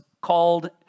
called